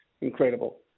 incredible